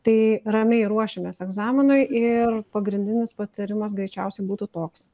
tai ramiai ruošiamės egzaminui ir pagrindinis patarimas greičiausiai būtų toks